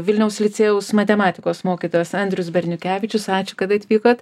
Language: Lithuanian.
vilniaus licėjaus matematikos mokytojas andrius berniukevičius ačiū kad atvykot